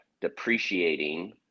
depreciating